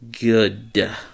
good